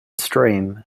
stream